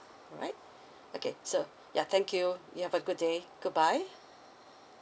all right okay so ya thank you you have a good day goodbye